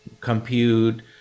compute